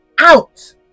out